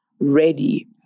ready